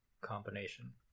combination